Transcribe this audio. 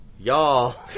y'all